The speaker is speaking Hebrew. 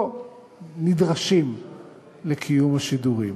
לא נדרשים לקיום השידורים,